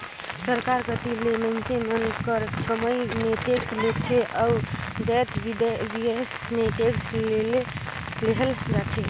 सरकार कती ले मइनसे मन कर कमई म टेक्स लेथे अउ जाएत बिसाए में टेक्स लेहल जाथे